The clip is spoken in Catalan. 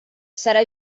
serà